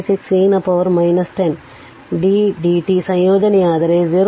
56 e ನ power 10 t dt ಸಂಯೋಜನೆಯಾದರೆ 0